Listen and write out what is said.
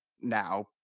now